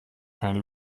keine